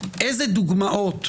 איזה דוגמאות,